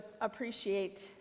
appreciate